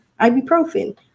ibuprofen